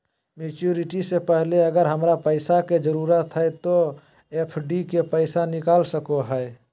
Maturity से पहले अगर हमरा पैसा के जरूरत है तो एफडी के पैसा निकल सको है?